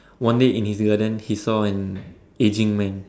one day in his world than he saw an aging man